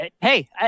hey